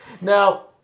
Now